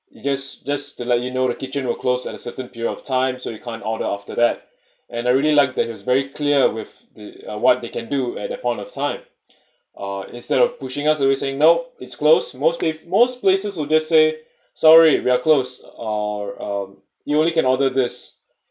you just just to let you know the kitchen will close at a certain period of time so you can't order after that and I really like that he was very clear with the uh what they can do at that point of time uh instead of pushing us and saying no it's closed most pla~ most places would just say sorry we are close or um you only can order this